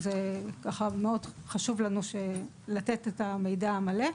מאוד חשוב לנו לתת את המידע המלא,